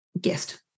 guest